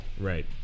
Right